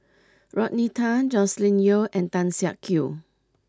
Rodney Tan Joscelin Yeo and Tan Siak Kew